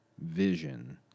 vision